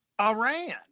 Iran